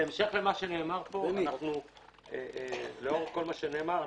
בהמשך למה שנאמר פה, לאור כל מה שנאמר,